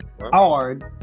hard